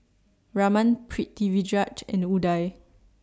Raman Pritiviraj and Udai